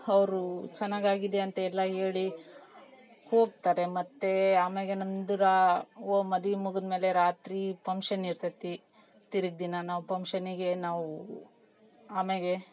ಅವ್ರೂ ಚೆನ್ನಾಗ್ ಆಗಿದೆ ಅಂತ ಎಲ್ಲ ಹೇಳಿ ಹೋಗ್ತಾರೆ ಮತ್ತು ಆಮ್ಯಾಗೆ ನಮ್ದುರಾ ಒ ಮದುವೆ ಮುಗಿದ್ ಮೇಲೆ ರಾತ್ರಿ ಫಂಕ್ಷನ್ ಇರ್ತತಿ ತಿರುಗ್ ದಿನ ನಾವು ಫಂಕ್ಷನಿಗೆ ನಾವೂ ಆಮ್ಯಾಗೆ